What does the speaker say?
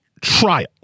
trial